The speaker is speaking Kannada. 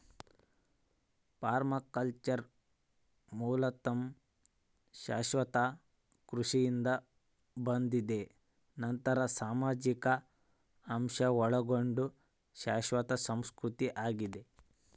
ಪರ್ಮಾಕಲ್ಚರ್ ಮೂಲತಃ ಶಾಶ್ವತ ಕೃಷಿಯಿಂದ ಬಂದಿದೆ ನಂತರ ಸಾಮಾಜಿಕ ಅಂಶ ಒಳಗೊಂಡ ಶಾಶ್ವತ ಸಂಸ್ಕೃತಿ ಆಗಿದೆ